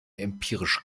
empirisch